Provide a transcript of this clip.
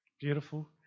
beautiful